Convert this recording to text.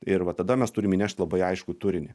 ir va tada mes turim įnešt labai aiškų turinį